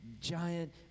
giant